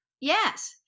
Yes